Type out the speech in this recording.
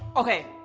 okay.